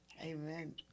Amen